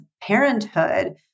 parenthood